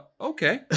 Okay